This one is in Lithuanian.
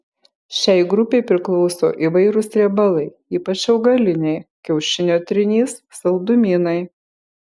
šiai grupei priklauso įvairūs riebalai ypač augaliniai kiaušinio trynys saldumynai